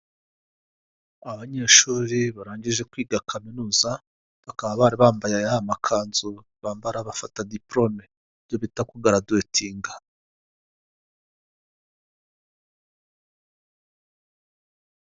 Abanyeshuri barangije kwiga kaminuza bakaba bara bambaye ya makanzu bambara bafata diporome ibyo bita kugaraduwetinga.